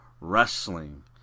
wrestling